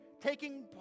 taking